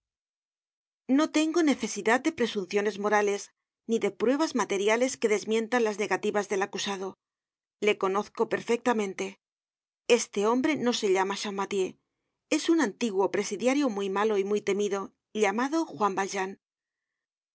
no tengo necesidad de pre sunciones morales ni de pruebas materiales que desmientan las negativas del acusado le conozco perfectamente este hombre no se llama j champmathieu es un antiguo presidiario muy malo y muy temido llamado juan valjean